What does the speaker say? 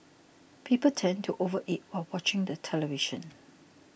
people tend to overeat while watching the television